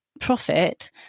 profit